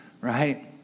right